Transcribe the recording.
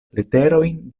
leterojn